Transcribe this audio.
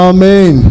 Amen